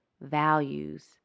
values